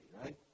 right